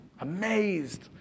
amazed